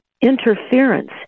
interference